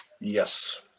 Yes